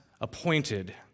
appointed